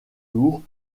lourds